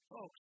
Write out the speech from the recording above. Folks